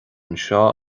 anseo